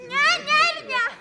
ne ne ir ne